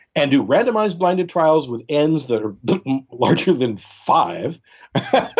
and do randomized blinded trials with ends that are larger than five,